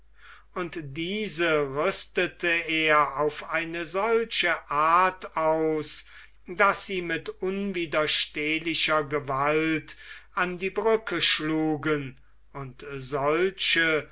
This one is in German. und diese rüstete er auf eine solche art aus daß sie mit unwiderstehlicher gewalt an die brücke schlugen und solche